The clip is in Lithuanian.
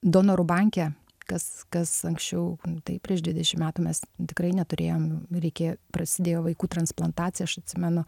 donorų banke kas kas anksčiau tai prieš dvidešim metų mes tikrai neturėjom reikėjo prasidėjo vaikų transplantacija aš atsimenu